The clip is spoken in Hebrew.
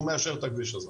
הוא מאשר את הכביש הזה.